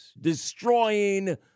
destroying